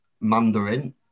Mandarin